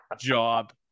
Job